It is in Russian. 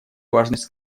важность